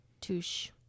Touche